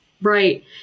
Right